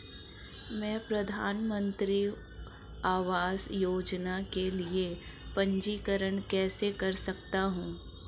मैं प्रधानमंत्री आवास योजना के लिए पंजीकरण कैसे कर सकता हूं?